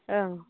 ओं